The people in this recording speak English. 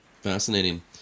Fascinating